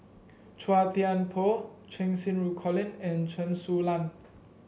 Chua Thian Poh Cheng Xinru Colin and Chen Su Lan